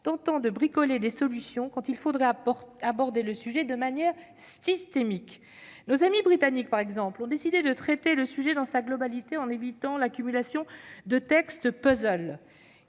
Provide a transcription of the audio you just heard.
tentant de bricoler des solutions, il aurait mieux valu aborder le sujet de manière systémique. Nos amis britanniques, par exemple, ont décidé de traiter la question dans sa globalité, en évitant l'accumulation de textes puzzles.